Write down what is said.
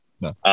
No